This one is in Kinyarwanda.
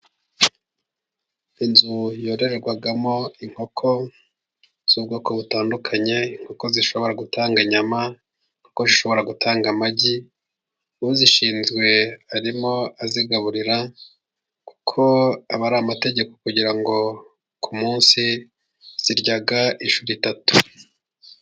Inzu yorerwamo inkoko z'ubwoko butandukanye, inkoko zishobora gutanga inyama, inkoko zishobora gutanga amagi, uzishinzwe arimo azigaburira, kuko aba ari amategeko, kugira ngo ku munsi ziryaga inshuro itatu.